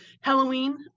Halloween